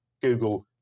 Google